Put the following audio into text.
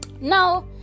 now